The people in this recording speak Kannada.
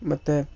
ಮತ್ತು